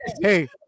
Hey